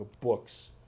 books